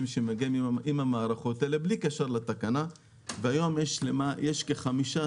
שמגיעים עם המערכות האלה בלי קשר לתקנה והיום יש כ-15,000